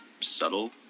subtle